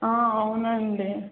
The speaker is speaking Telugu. అవునండి